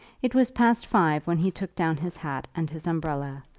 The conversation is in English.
it was past five when he took down his hat and his umbrella,